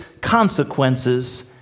consequences